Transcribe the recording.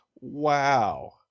wow